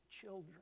children